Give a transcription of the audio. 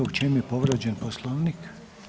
U čemu je povrijeđen Poslovnik?